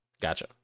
Gotcha